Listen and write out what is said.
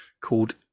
called